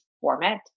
format